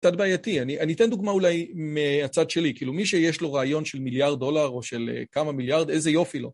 קצת בעייתי, אני אתן דוגמה אולי מהצד שלי, כאילו מי שיש לו רעיון של מיליארד דולר או של כמה מיליארד, איזה יופי לו.